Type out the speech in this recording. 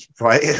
right